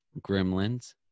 Gremlins